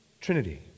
Trinity